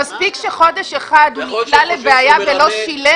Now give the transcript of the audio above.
מספיק שחודש אחד הוא נקלע לבעיה ולא שילם.